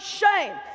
shame